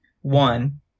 one